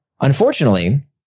Unfortunately